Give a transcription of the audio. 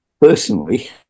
personally